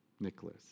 Nicholas